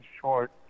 short